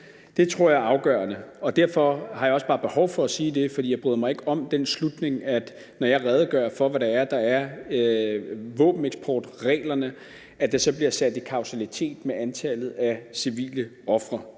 Det tror jeg er afgørende, og derfor har jeg også bare behov for at sige det, for jeg bryder mig ikke om den slutning, når jeg redegør for, hvad våbeneksportreglerne er, at det bliver sat i kausalitet med antallet af civile ofre.